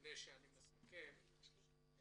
לפני שאתן לנציג המשטרה לענות,